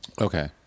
Okay